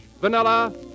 vanilla